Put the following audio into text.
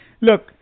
Look